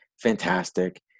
fantastic